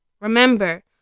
Remember